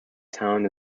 town